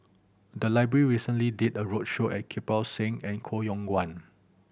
the library recently did a roadshow at Kirpal Singh and Koh Yong Guan